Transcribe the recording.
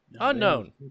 unknown